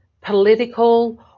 political